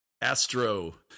astro